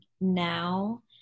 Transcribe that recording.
now